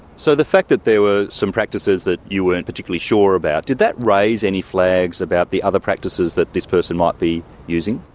so the fact that there were some practices that you weren't particularly sure about, did that raise any flags about the other practices that this person might be using?